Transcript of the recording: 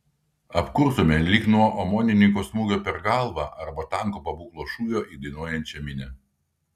apkurtome lyg nuo omonininko smūgio per galvą arba tanko pabūklo šūvio į dainuojančią minią